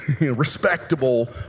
respectable